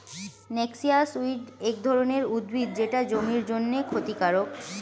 noxious weed এক ধরনের উদ্ভিদ যেটা জমির জন্যে ক্ষতিকারক